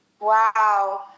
Wow